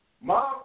Mom